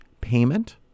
payment